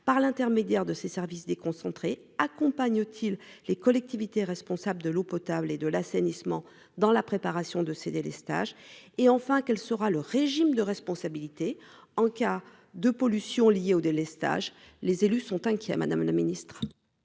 par l'intermédiaire de ses services déconcentrés accompagne-t-il les collectivités responsables de l'eau potable et de l'assainissement dans la préparation de céder les stages et enfin, quel sera le régime de responsabilité en cas de pollution liée au délestage. Les élus sont inquiets à Madame la Ministre.